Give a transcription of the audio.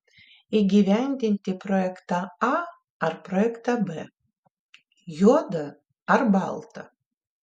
įgyvendinti projektą a ar projektą b juoda ar balta